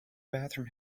bathroom